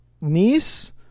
niece